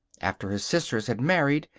after her sisters had married,